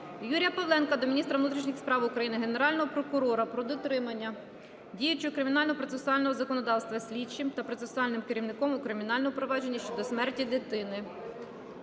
Юрія Павленка до міністра внутрішніх справ України, Генерального прокурора про дотримання діючого кримінально-процесуального законодавства слідчим та процесуальним керівником у кримінальному провадженні щодо смерті дитини.